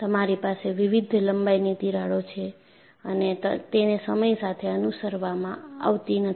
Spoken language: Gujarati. તમારી પાસે વિવિધ લંબાઈની તિરાડો છે અને તેને સમય સાથે અનુસરવામાં આવતી નથી